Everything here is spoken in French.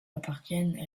appartiennent